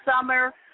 summer